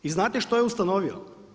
I znate što je ustanovio?